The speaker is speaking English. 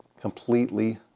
Completely